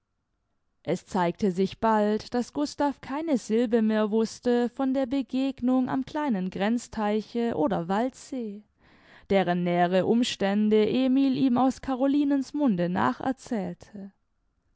es zeigte sich bald daß gustav keine silbe mehr wußte von der begegnung am kleinen grenzteiche oder waldsee deren nähere umstände emil ihm aus carolinens munde nacherzählte